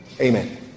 Amen